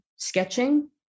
sketching